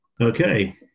Okay